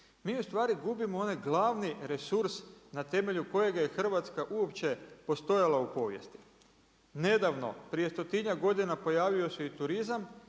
mi ustvari gubimo onaj glavni resurs na temelju kojega je Hrvatska uopće postojala u povijesti. Nedavno prije stotinjak godina pojavio se i turizam